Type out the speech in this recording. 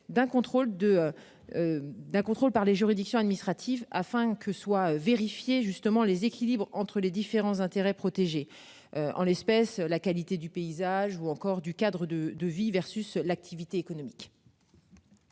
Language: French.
D'un contrôle par les juridictions administratives afin que soit vérifiée justement les équilibres entre les différents intérêts, protégés. En l'espèce, la qualité du paysage ou encore du Cadre de vie versus l'activité économique.